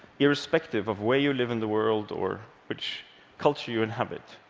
irrespective of where you live in the world or which culture you inhabit,